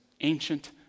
ancient